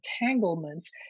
entanglements